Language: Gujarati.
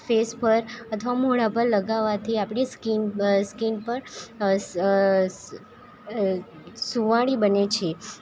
ફેસ પર અથવા મોઢા પર લગાવાથી આપણી સ્કીન સ્કીન પણ સુંવાળી બને છે